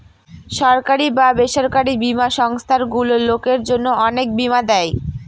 সরকারি বা বেসরকারি বীমা সংস্থারগুলো লোকের জন্য অনেক বীমা দেয়